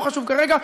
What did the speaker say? לא חשוב כרגע.